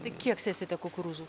tai kiek sėsite kukurūzų